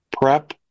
prep